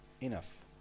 enough